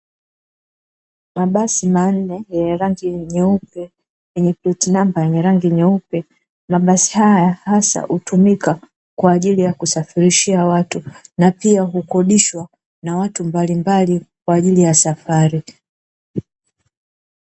Mabasi manne yenye rangi nyeupe yenye pleti namba nyeupe, mabasi haya hasa hutumika kwa ajili ya kusafirishia watu na pia hukodishwa na watu mbalimbali kwa ajili ya safari.